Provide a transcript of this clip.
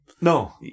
No